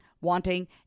wanting